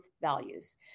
values